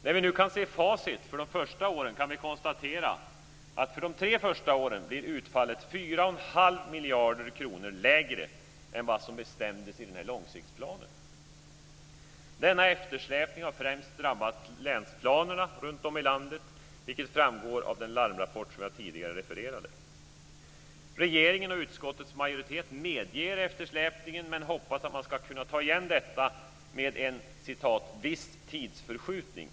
När vi nu kan se facit för de första åren kan vi konstatera att för de tre första åren blir utfallet 4 1⁄2 miljarder kronor lägre än vad som bestämdes i långsiktsplanen. Denna eftersläpning har främst drabbat länsplanerna runtom i landet, vilket framgår av den larmrapport som jag tidigare refererade. Regeringen och utskottets majoritet medger eftersläpningen men hoppas att man ska kunna ta igen detta med en "viss tidsförskjutning".